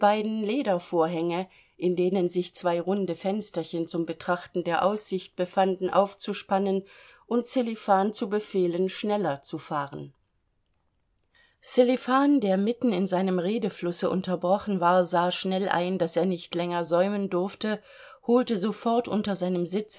ledervorhänge in denen sich zwei runde fensterchen zum betrachten der aussicht befanden aufzuspannen und sselifan zu befehlen schneller zu fahren sselifan der mitten in seinem redeflusse unterbrochen war sah schnell ein daß er nicht länger säumen durfte holte sofort unter seinem sitze